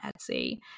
Etsy